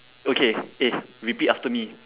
okay eh repeat after me